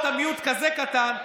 אתה מיעוט כזה קטן,